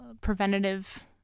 preventative